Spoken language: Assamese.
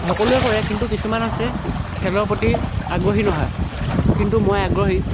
সকলোৱে কৰে কিন্তু কিছুমান আছে খেলৰ প্ৰতি আগ্ৰহী নহয় কিন্তু মই আগ্ৰহী